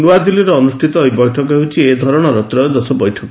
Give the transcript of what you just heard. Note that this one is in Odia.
ନୂଆଦିଲ୍ଲୀରେ ଅନୁଷ୍ଠିତ ଏହି ବୈଠକ ହେଉଛି ଏ ଧରଣର ତ୍ରୟୋଦଶ ବୈଠକ